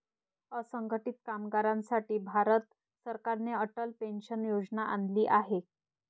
असंघटित कामगारांसाठी भारत सरकारने अटल पेन्शन योजना आणली आहे